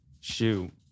shoot